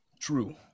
true